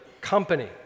company